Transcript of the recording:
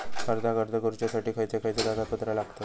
कर्जाक अर्ज करुच्यासाठी खयचे खयचे कागदपत्र लागतत